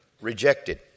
rejected